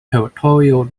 territorial